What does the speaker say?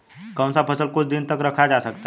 कौन सा फल कुछ दिनों तक रखा जा सकता है?